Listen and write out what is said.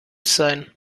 sein